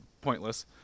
pointless